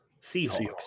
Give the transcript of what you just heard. Seahawks